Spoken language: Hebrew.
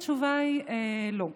התשובה היא לא.